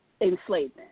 enslavement